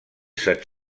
set